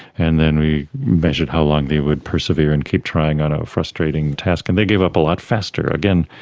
and then we measured how long they would persevere and keep trying on ah a frustrating task, and they gave up a lot faster. again,